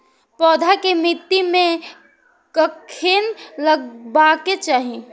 पौधा के मिट्टी में कखेन लगबाके चाहि?